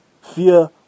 Fear